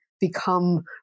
become